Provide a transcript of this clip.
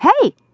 Hey